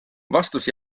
vastus